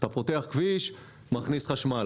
אתה פותח כביש מכניס חשמל,